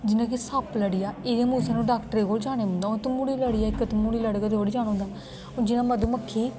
जियां कि सप्प लड़ी जा एहदे आस्ते ते हून आसे डाॅक्टरे कोल जाना पोंदा अगर तम्हूड़ी लड़ी जा इक तम्हूड़ी लड़ी जाए ते तां खोरी जना होंदा जियां मधुमक्खी